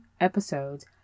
episodes